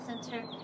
center